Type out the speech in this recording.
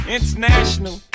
International